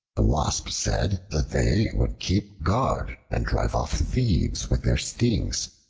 the wasps said that they would keep guard and drive off thieves with their stings.